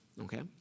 okay